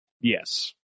Yes